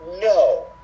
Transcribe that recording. No